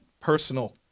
personal